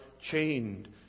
chained